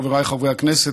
חבריי חברי הכנסת,